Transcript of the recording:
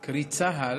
קרי, צה"ל,